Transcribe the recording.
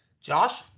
Josh